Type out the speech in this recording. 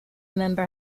member